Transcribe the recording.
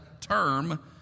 term